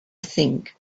think